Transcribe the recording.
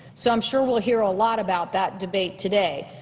so i'm sure we'll hear a lot about that debate today.